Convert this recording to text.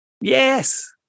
Yes